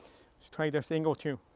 try this angle two.